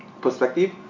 perspective